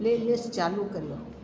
playlist चालू कयो